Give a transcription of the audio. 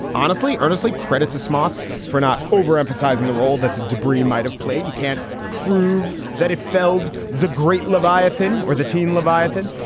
honestly, earnestly credit to smores for not overemphasizing the role that the debris might have played. you can't prove that it felled the great leviathan or the teen leviathan.